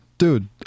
Dude